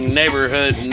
neighborhood